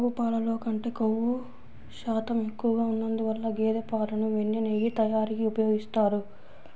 ఆవు పాలల్లో కంటే క్రొవ్వు శాతం ఎక్కువగా ఉన్నందువల్ల గేదె పాలను వెన్న, నెయ్యి తయారీకి ఉపయోగిస్తారు